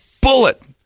bullet